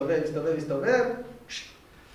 הסתובב, הסתובב, הסתובב, ששש